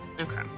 okay